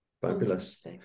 Fabulous